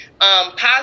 positive